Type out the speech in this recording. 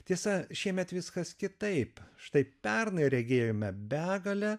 tiesa šiemet viskas kitaip štai pernai regėjome begalę